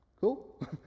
cool